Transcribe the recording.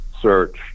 search